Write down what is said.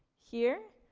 here.